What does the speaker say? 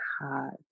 hard